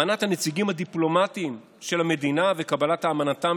קבלת אמנת הנציגים הדיפלומטיים של המדינה וקבלת אמנתם